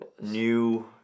new